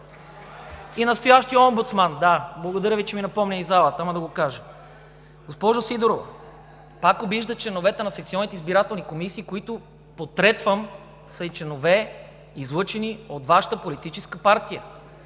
И настоящият омбудсман – да. Благодаря Ви, че ми напомнихте от залата, ама, да го кажа. Госпожо Сидерова, пак обиждате членовете на секционните избирателни комисии, които – потретвам, са и членове, излъчени от Вашата Политическа партия!